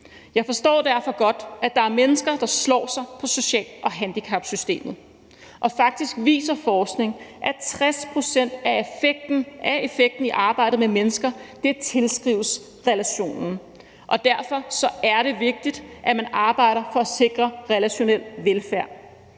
Jeg forstår derfor godt, at der er mennesker, der slår sig på social- og handicapsystemet. Faktisk viser forskning, at 60 pct. af effekten i arbejdet med mennesker kan tilskrives relationen, og derfor er det vigtigt, at man arbejder for at sikre relationel velfærd.